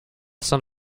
son